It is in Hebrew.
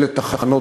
אלה תחנות